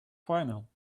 final